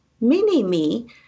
mini-me